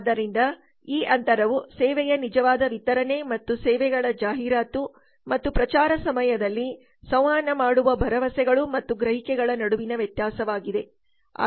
ಆದ್ದರಿಂದ ಈ ಅಂತರವು ಸೇವೆಯ ನಿಜವಾದ ವಿತರಣೆ ಮತ್ತು ಸೇವೆಗಳ ಜಾಹೀರಾತು ಮತ್ತು ಪ್ರಚಾರದ ಸಮಯದಲ್ಲಿ ಸಂವಹನ ಮಾಡುವ ಭರವಸೆಗಳು ಮತ್ತು ಗ್ರಹಿಕೆಗಳ ನಡುವಿನ ವ್ಯತ್ಯಾಸವಾಗಿದೆ